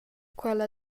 quella